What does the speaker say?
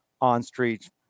on-street